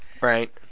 Right